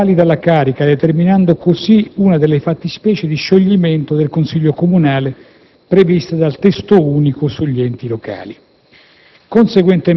contestuali dalla carica determinando così una delle fattispecie di scioglimento del Consiglio comunale previste dal testo unico sugli enti locali.